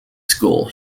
school